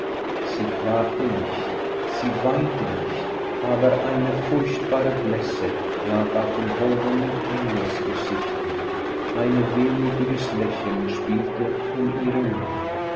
sie klagte nicht sie weinte nicht aber eine furchtbare blässe lag auf dem holden engelsgesichtchen ein wehmütiges lächeln spielte um ihren mund